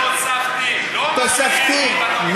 תוספתי תוספתי.